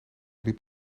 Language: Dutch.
liep